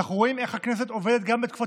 ואנחנו רואים איך הכנסת עובדת גם בתקופת